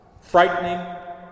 Frightening